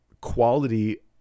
quality